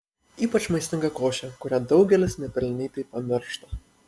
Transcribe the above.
ypač maistinga košė kurią daugelis nepelnytai pamiršta